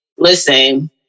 Listen